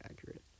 accurate